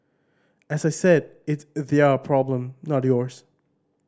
as I said it's their problem not yours